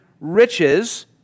riches